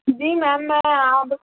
جی ma'am میں اب